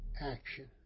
action